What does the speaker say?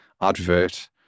advert